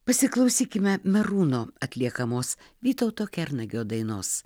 pasiklausykime merūno atliekamos vytauto kernagio dainos